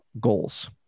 goals